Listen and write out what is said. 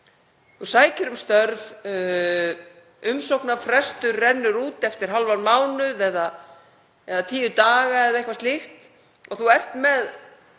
Þú sækir um störf, umsóknarfrestur rennur út eftir hálfan mánuð eða tíu daga eða eitthvað slíkt og þú ert með